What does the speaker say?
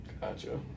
gotcha